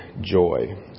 joy